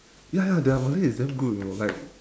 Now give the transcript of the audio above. ya ya their malay is damn good you know like